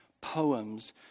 poems